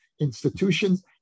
institutions